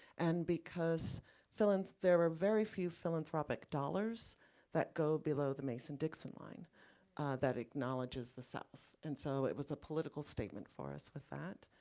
and because there were very few philanthropic dollars that go below the mason-dixon line that acknowledges the south. and so, it was a political statement for us with that.